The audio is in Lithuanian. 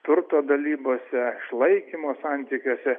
turto dalybose išlaikymo santykiuose